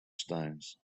stones